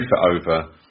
over